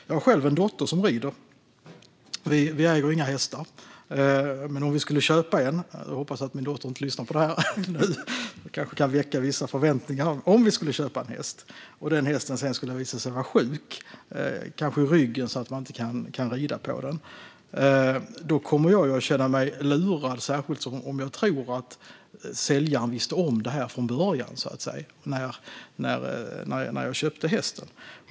Jag har själv en dotter som rider. Vi äger inga hästar. Men om vi skulle köpa en häst - jag hoppas att min dotter inte lyssnar på detta, för det kanske skulle väcka vissa förväntningar - och den sedan skulle visa sig vara sjuk, kanske i ryggen så man inte kan rida på den, kommer jag ju att känna mig lurad, särskilt om jag tror att säljaren visste om detta från början, när jag köpte hästen.